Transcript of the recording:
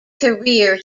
career